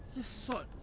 that's sot